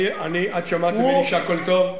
את שמעת ממני שהכול טוב?